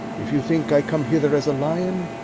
if you think i come hither as a lion,